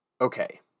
Okay